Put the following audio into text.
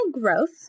growth